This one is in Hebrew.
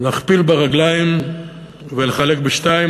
להכפיל ברגליים ולחלק לשתיים.